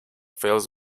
fields